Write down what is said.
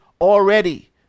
already